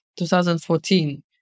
2014